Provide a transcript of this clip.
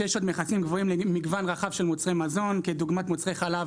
שיש עוד מכסים גבוהים למגוון רחב של מוצרי מזון כדוגמת מוצרי חלב,